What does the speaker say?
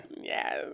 Yes